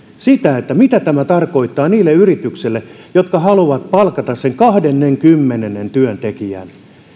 sitä mitä tämä tarkoittaa niille yrityksille jotka haluavat palkata sen kahdennenkymmenennen työntekijän